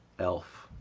elf!